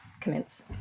Commence